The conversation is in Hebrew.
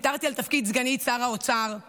ויתרתי על תפקיד סגנית שר האוצר,